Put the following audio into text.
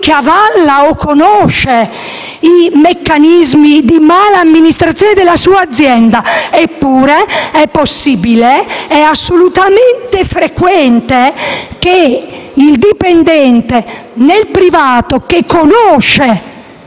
che avalla e conosce i meccanismi di mala amministrazione della sua azienda. Così pure è possibile, ed è assolutamente frequente, che il dipendente del privato, che conosce